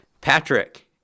Patrick